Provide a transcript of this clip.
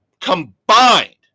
Combined